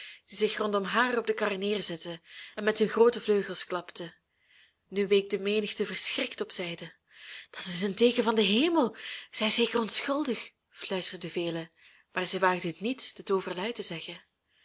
zich rondom haar op de kar neerzetten en met hun groote vleugels klapten nu week de menigte verschrikt op zijde dat is een teeken van den hemel zij is zeker onschuldig fluisterden velen maar zij waagden het niet dit overluid te zeggen